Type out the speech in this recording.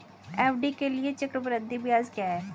FD के लिए चक्रवृद्धि ब्याज क्या है?